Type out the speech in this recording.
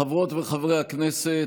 חברות וחברי הכנסת,